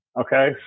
okay